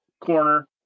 corner